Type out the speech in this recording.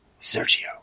Sergio